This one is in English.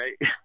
right